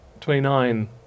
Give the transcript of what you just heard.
twenty-nine